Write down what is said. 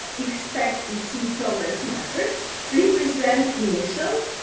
expect to see progress markers represent initial,